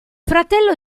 fratello